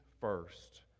first